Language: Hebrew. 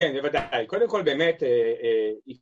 כן, בוודאי, קודם כל באמת